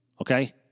Okay